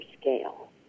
scale